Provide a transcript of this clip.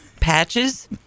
patches